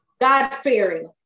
God-fearing